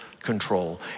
control